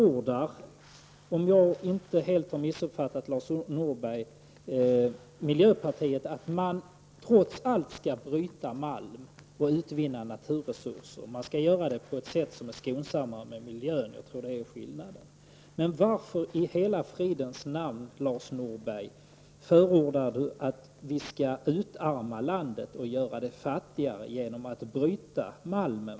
Om jag inte helt har missuppfattat Lars Norberg förordar miljöpartiet samtidigt att man trots allt skall bryta malm och utvinna naturresurser, men på ett sätt som är skonsammare mot miljön. Jag tror att det är där skillnaden ligger. Varför i hela fridens namn förordar då Lars Norberg att vi skall utarma landet och göra det fattigare genom att bryta malm?